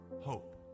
Hope